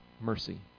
mercy